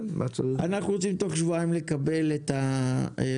אנחנו רוצים תוך שבועיים לקבל את התכנית